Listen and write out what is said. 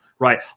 Right